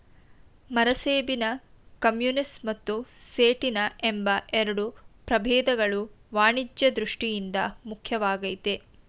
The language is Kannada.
ಮರಸೇಬಿನ ಕಮ್ಯುನಿಸ್ ಮತ್ತು ಸೇಟಿನ ಎಂಬ ಎರಡು ಪ್ರಭೇದಗಳು ವಾಣಿಜ್ಯ ದೃಷ್ಠಿಯಿಂದ ಮುಖ್ಯವಾಗಯ್ತೆ